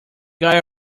guy